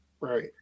Right